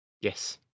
Yes